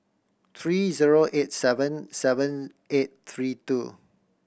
three zero eight seven seven eight three two